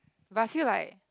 but I feel like